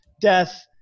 death